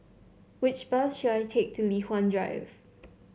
which bus should I take to Li Hwan Drive